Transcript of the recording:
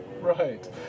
Right